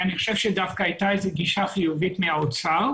אני חושב שדווקא הייתה איזושהי גישה חיובית מהאוצר,